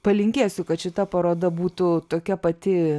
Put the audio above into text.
palinkėsiu kad šita paroda būtų tokia pati